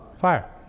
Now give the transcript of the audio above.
fire